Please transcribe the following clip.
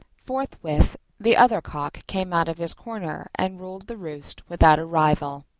forthwith the other cock came out of his corner and ruled the roost without a rival.